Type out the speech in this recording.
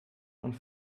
und